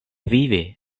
vivi